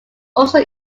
also